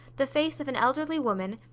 the face of an elderly woman,